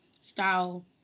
style